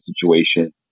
situation